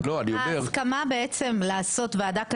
אבל --- ההסכמה בעצם לעשות ועדה כזאת,